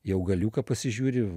į augaliuką pasižiūri